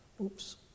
oops